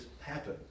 happen